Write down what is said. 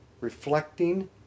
reflecting